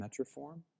Metroform